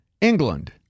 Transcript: England